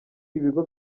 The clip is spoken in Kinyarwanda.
ibigo